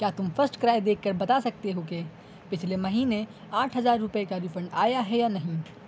کیا تم فرسٹ کرائی دیکھ کر بتا سکتے ہو کہ پچھلے مہینے آٹھ ہزار روپے کا ریفنڈ آیا ہے یا نہیں